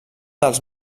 dels